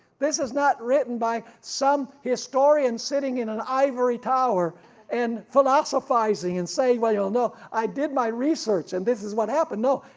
this is not written by some historian sitting in an ivory tower and philosophizing and saying well you'll know i did my research and this is what happened. no,